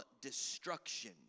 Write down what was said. destruction